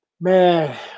man